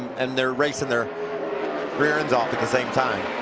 and they're racing their rear ends off at the same time.